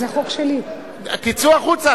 תצאו החוצה,